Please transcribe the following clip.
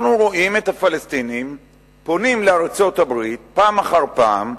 אנחנו רואים את הפלסטינים פונים לארצות-הברית פעם אחר פעם,